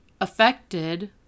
affected